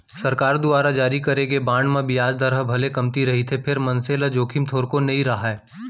सरकार दुवार जारी करे गे बांड म बियाज दर ह भले कमती रहिथे फेर मनसे ल जोखिम थोरको नइ राहय